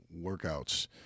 workouts